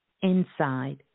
inside